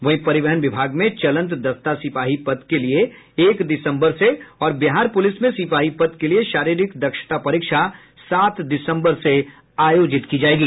वहीं परिवहन विभाग में चलंत दस्ता सिपाही पद के लिए एक दिसम्बर से और बिहार पुलिस में सिपाही पद के लिए शारीरिक दक्षता परीक्षा सात दिसम्बर से आयोजित की जायेगी